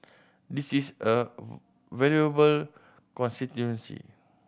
this is a valuable constituency